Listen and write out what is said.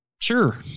Sure